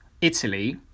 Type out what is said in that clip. Italy